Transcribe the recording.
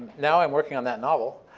now i'm working on that novel.